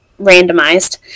randomized